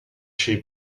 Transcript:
she